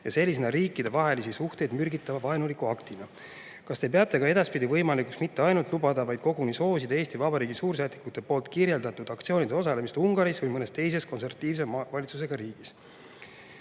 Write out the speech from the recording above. ja sellisena riikide vahelisi suhteid mürgitava vaenuliku aktina. Kas Te peate ka edaspidi võimalikuks mitte ainult lubada, vaid koguni soosida Eesti Vabariigi suursaadikute poolt kirjeldatud aktsioonides osalemist Ungaris või mõnes teises konservatiivse valitsusega riigis?"